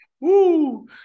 Woo